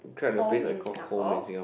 home in Singapore